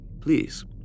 Please